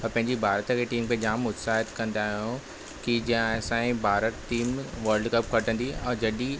पंहिंजी भारत जी टीम खे जाम उत्साहित कंदा आहियूं की असांजी भारत टीम वर्ल्ड कप खटंदी ऐं जॾहिं